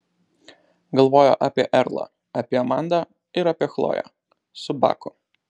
galvojo apie erlą apie amandą ir apie chloję su baku